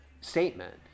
statement